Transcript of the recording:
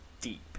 deep